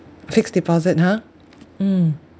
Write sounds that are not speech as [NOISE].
fixed deposit ha [NOISE] mm